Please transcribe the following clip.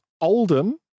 Oldham